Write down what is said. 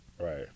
Right